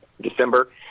december